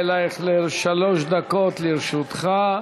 אייכלר, שלוש דקות לרשותך.